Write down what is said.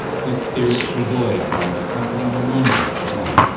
whose spirits were buoyed by the comforting reminders of home.